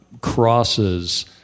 crosses